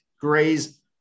Gray's